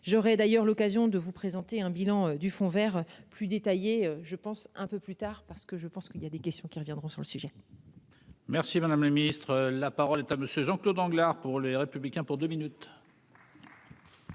J'aurais d'ailleurs l'occasion de vous présenter un bilan du Fonds Vert plus détaillée je pense un peu plus tard parce que je pense qu'il y a des questions qui reviendront sur le sujet. Merci Madame le Ministre. La parole est à monsieur Jean-Claude Lenglart pour les républicains pour 2 minutes.